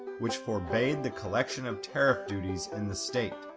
which forbade the collection of tariff duties in the state.